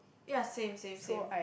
ya same same same